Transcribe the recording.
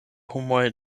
homoj